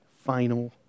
final